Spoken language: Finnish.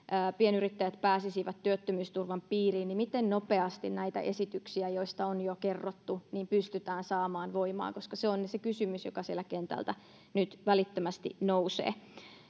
pienyrittäjät pääsisivät työttömyysturvan piiriin niin miten nopeasti näitä esityksiä joista on jo kerrottu pystytään saamaan voimaan se on se kysymys joka sieltä kentältä nyt välittömästi nousee